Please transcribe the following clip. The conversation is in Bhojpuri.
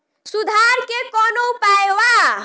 सुधार के कौनोउपाय वा?